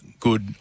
Good